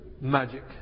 magic